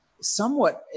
somewhat